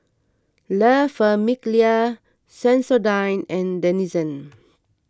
La Famiglia Sensodyne and Denizen